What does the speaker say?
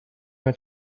went